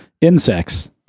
Insects